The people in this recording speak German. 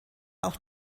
auch